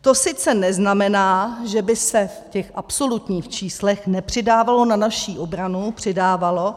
To sice neznamená, že by se v těch absolutních číslech nepřidávalo na naši obranu, přidávalo.